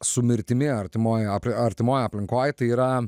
su mirtimi artimoj artimoj aplinkoj tai yra